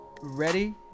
ready